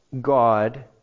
God